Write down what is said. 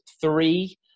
three